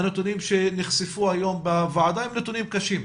הנתונים שנחשפו היום בוועדה הם נתונים קשים.